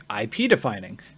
IP-defining